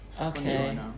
Okay